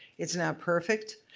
it's not perfect,